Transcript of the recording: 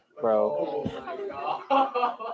bro